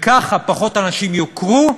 וככה פחות אנשים יוכרו,